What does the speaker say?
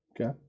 Okay